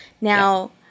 Now